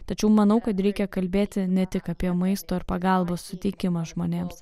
tačiau manau kad reikia kalbėti ne tik apie maisto ir pagalbos suteikimą žmonėms